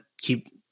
keep